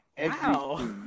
Wow